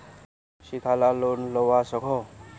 शिक्षा ला लोन लुबा सकोहो?